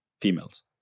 females